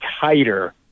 tighter